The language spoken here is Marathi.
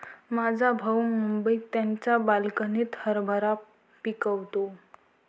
माझा भाऊ मुंबईत त्याच्या बाल्कनीत हरभरा पिकवतो